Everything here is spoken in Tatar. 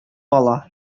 бала